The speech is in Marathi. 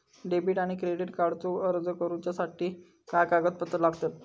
डेबिट आणि क्रेडिट कार्डचो अर्ज करुच्यासाठी काय कागदपत्र लागतत?